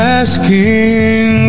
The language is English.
asking